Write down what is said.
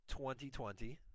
2020